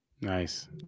Nice